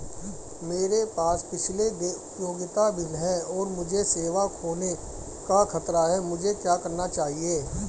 मेरे पास पिछले देय उपयोगिता बिल हैं और मुझे सेवा खोने का खतरा है मुझे क्या करना चाहिए?